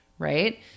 right